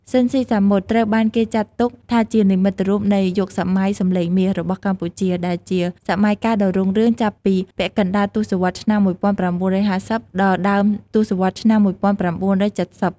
ស៊ីន ស៊ីសាមុត ត្រូវបានគេចាត់ទុកថាជានិមិត្តរូបនៃ យុគសម័យសំលេងមាស របស់កម្ពុជា ដែលជាសម័យកាលដ៏រុងរឿងចាប់ពីពាក់កណ្ដាលទសវត្សរ៍ឆ្នាំ ១៩៥០ ដល់ដើមទសវត្សរ៍ឆ្នាំ ១៩៧០ ។